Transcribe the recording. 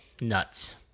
nuts